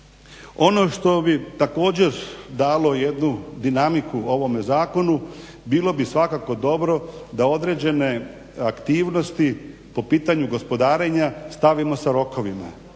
Ono što bi također dalo jednu dinamiku ovome zakonu bilo bi svakako dobro da određene aktivnosti po pitanju gospodarenja stavimo sa rokovima.